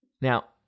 now